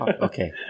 Okay